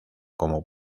como